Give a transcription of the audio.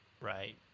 Right